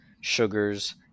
sugars –